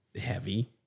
heavy